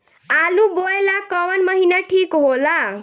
आलू बोए ला कवन महीना ठीक हो ला?